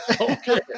Okay